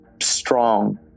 strong